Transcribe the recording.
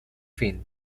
fin